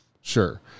sure